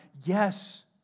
yes